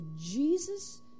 Jesus